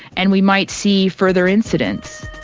and we might see further incidents.